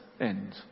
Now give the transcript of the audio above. end